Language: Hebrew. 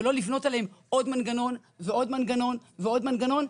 ולא לבנות עליהם עוד מנגנון ועוד מנגנון ועוד מנגנון,